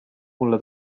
mulle